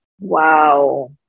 wow